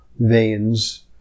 veins